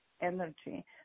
energy